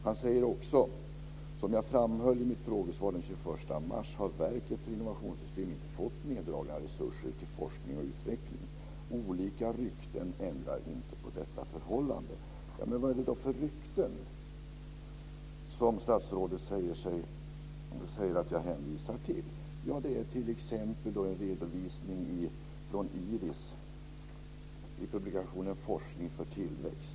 Han säger också: "Som jag framhöll i mitt frågesvar den 21 mars har Verket för innovationssystem inte fått neddragna resurser till forskning och utveckling. Olika rykten ändrar inte på detta förhållande." Vad är det då för rykten som statsrådet säger att jag hänvisar till? Ja, det är t.ex. en redovisning från IRIS i publikationen Forskning för tillväxt.